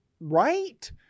right